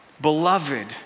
beloved